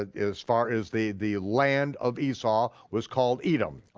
ah as far as the the land of esau was called edom,